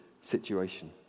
situation